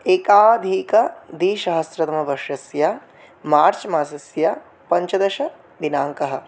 एकाधिकद्विसहस्रतमवर्षस्य मार्च्मासस्य पञ्चदशदिनाङ्कः